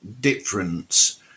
difference